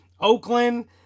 Oakland